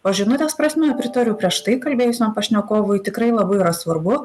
o žinutės prasme pritariu prieš tai kalbėjusiam pašnekovui tikrai labai yra svarbu